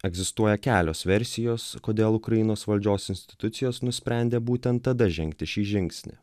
egzistuoja kelios versijos kodėl ukrainos valdžios institucijos nusprendė būtent tada žengti šį žingsnį